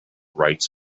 rights